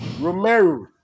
Romero